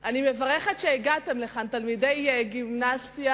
אני מברכת אתכם על שהגעתם לכאן, תלמידי גימנסיה